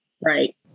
Right